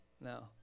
No